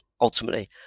ultimately